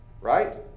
Right